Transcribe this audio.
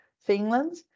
Finland